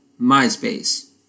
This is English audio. MySpace